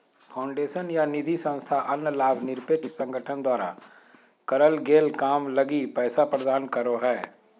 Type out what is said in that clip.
foundation या निधिसंस्था अन्य लाभ निरपेक्ष संगठन द्वारा करल गेल काम लगी पैसा प्रदान करो हय